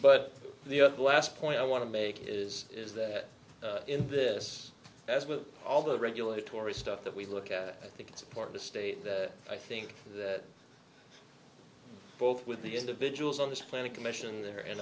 but the last point i want to make is is that in this with all the regulatory stuff that we look at think it's important to state that i think that both with the individuals on this planet commission there